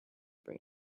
bring